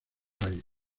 país